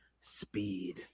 speed